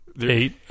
eight